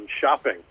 shopping